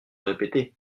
répéter